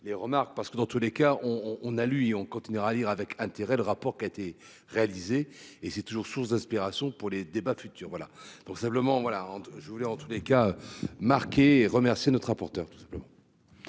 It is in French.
les remarques parce que dans tous les cas on on a lu et on continuera à lire avec intérêt le rapport qui a été réalisé et c'est toujours source d'inspiration pour les débats futurs voilà pour simplement voilà je voulais en tous les cas marqué remercier notre rapporteur tout simplement.--